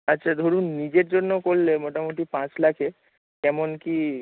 আচ্ছা ধরুন নিজের জন্য করলে মোটামুটি পাঁচ লাখে কেমন কী